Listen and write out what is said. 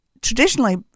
traditionally